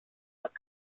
but